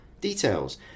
details